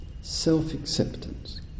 self-acceptance